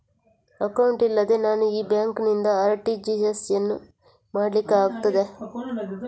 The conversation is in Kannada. ಅಕೌಂಟ್ ಇಲ್ಲದೆ ನಾನು ಈ ಬ್ಯಾಂಕ್ ನಿಂದ ಆರ್.ಟಿ.ಜಿ.ಎಸ್ ಯನ್ನು ಮಾಡ್ಲಿಕೆ ಆಗುತ್ತದ?